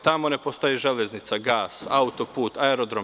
Tamo ne postoji železnica, gas, autoput, aerodrom.